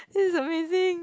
this is amazing